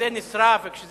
נשרף זה